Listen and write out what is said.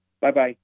Bye-bye